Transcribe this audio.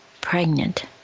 pregnant